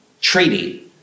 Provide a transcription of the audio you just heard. treaty